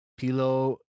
Pilo